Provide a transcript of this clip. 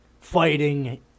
fighting